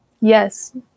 Yes